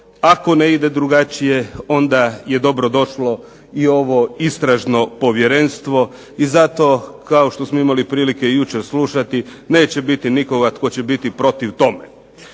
Ako ne ide drugačije je onda dobro došlo ovo istražno povjerenstvo. I zato kao što smo imali prilike slušati jučer neće biti nikoga tko će biti protiv tome.